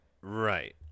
right